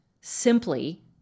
simply